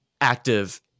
active